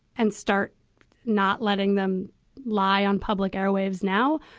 and start not letting them lie on public airwaves now.